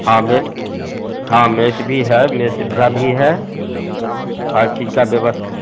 हाँ मे हाँ मेस भी है मेस सुविधा भी है हर चीज़ की व्यवस्था